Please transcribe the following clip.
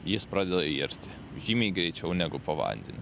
jis pradeda irti žymiai greičiau negu po vandeniu